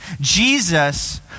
Jesus